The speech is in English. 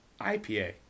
IPA